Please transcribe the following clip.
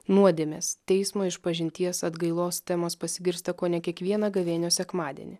nuodėmės teismo išpažinties atgailos temos pasigirsta kone kiekvieną gavėnios sekmadienį